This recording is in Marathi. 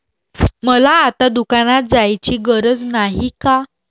मला आता दुकानात जायची गरज नाही का?